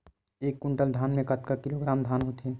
एक कुंटल धान में कतका किलोग्राम धान होथे?